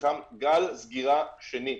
גל סגירה שני.